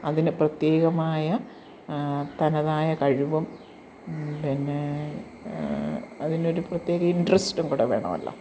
അതിന് പ്രത്യേകമായ തനതായ കഴിവും പിന്നേ അതിനൊരു പ്രത്യേക ഇൻട്രെസ്റ്റും കൂടെ വേണമല്ലോ